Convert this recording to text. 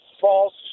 false